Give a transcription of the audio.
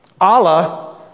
Allah